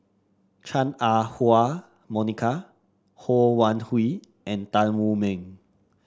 Chua Ah Huwa Monica Ho Wan Hui and Tan Wu Meng